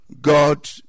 God